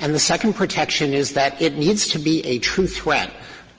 and the second protection is that it needs to be a true threat